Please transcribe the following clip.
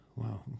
Wow